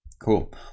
cool